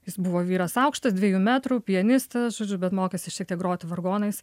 jis buvo vyras aukštas dviejų metrų pianistas žodžiu bet mokėsi šiek tiek groti vargonais